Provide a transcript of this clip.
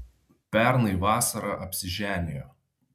pernai vasarą apsiženijo